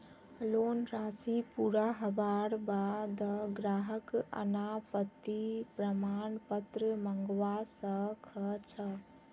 loan राशि पूरा हबार बा द ग्राहक अनापत्ति प्रमाण पत्र मंगवा स ख छ